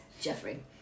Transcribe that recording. Jeffrey